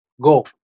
Go